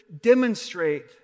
demonstrate